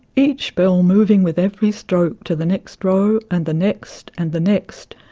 each bell moving with every stroke to the next row and the next and the next,